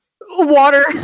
water